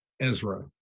Ezra